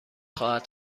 خواهد